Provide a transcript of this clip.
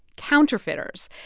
counterfeiters.